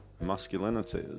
masculinity